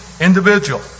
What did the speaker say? individual